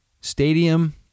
stadium